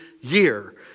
year